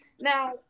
now